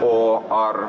o ar